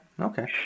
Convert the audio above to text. okay